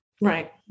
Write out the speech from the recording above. Right